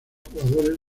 jugadores